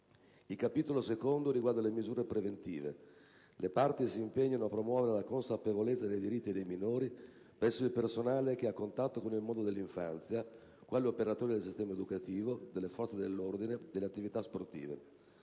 Il Capitolo II riguarda le misure preventive. Le parti si impegnano a promuovere la consapevolezza dei diritti dei minori presso il personale che è a contatto con il mondo dell'infanzia, quali operatori del sistema educativo, delle forze dell'ordine, delle attività sportive.